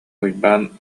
уйбаан